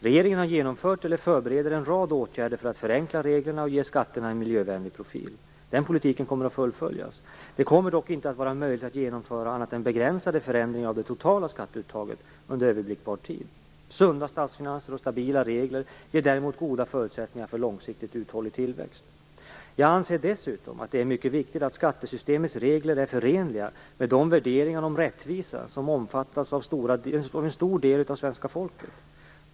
Regeringen har genomfört eller förbereder en rad åtgärder för att förenkla reglerna och för att ge skatterna en miljövänlig profil. Den politiken kommer att fullföljas. Det kommer dock inte att vara möjligt att genomföra annat än begränsade förändringar av det totala skatteuttaget under överblickbar tid. Sunda statsfinanser och stabila regler ger däremot goda förutsättningar för en långsiktigt uthållig tillväxt. Jag anser dessutom att det är mycket viktigt att skattesystemets regler är förenliga med de värderingar om rättvisa som omfattas av en stor del av svenska folket.